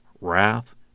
wrath